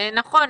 נכון,